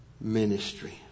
ministry